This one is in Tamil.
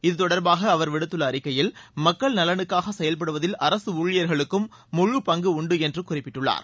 இத்தொடர்பாக அவர் விடுத்தள்ள அறிக்கையில் மக்கள் நலனுக்காக செயல்படுவதில் அரசு ஊழியா்களுக்கும் முழுபங்கு உண்டு என்று குறிப்பிட்டுள்ளார்